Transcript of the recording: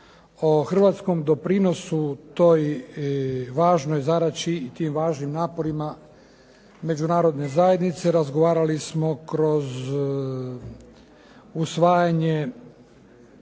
O hrvatskom doprinosu toj važnoj zadaći i tim važnim naporima Međunarodne zajednice razgovarali smo kroz usvajanje